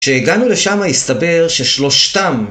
כשהגענו לשמה הסתבר ששלושתם